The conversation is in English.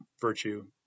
virtue